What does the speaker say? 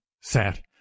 sat